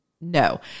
no